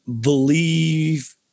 believe